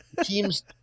teams